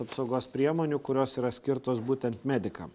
apsaugos priemonių kurios yra skirtos būtent medikam